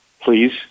please